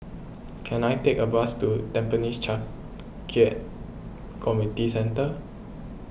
can I take a bus to Tampines Changkat Community Centre